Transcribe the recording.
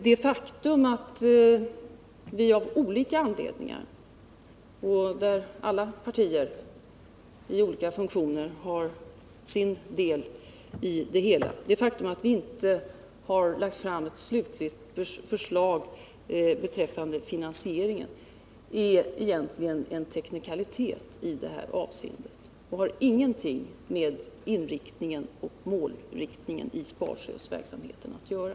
Det faktum att vi av olika anledningar — och här har alla partier i olika funktioner sitt ansvar för det hela — inte har lagt fram ett slutligt förslag beträffande finansieringen är egentligen en teknikalitet i detta avseende och har ingenting med inriktningen av sparstödsverksamheten att göra.